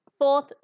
fourth